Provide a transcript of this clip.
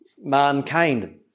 mankind